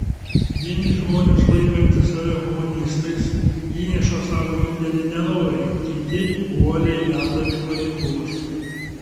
vieni žmonės laikantys save humanistais įneša savo indėlį nenoriai kiti uoliai vedami pareigos